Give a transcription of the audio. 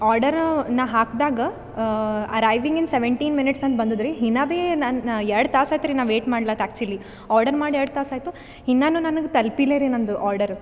order ನಾ ಹಾಕಿದಾಗ arriving in seventeen minutes ಅಂತ ಬಂದದ್ರಿ ಇನ್ನಾ ಬಿ ನನ್ನ ನಾ ಎರಡು ತಾಸು ಆತ್ರಿ ನಾ ವೆಯ್ಟ್ ಮಾಡ್ಲಾತ್ ಆ್ಯಕ್ಚುಲಿ ಆರ್ಡರ್ ಮಾಡಿ ಎರಡು ತಾಸು ಆಯ್ತು ಇನ್ನನು ನನಗೆ ತಲುಪಿಲ್ರಿ ನಂದು ಆರ್ಡರ್